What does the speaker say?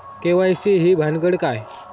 KYC ही भानगड काय?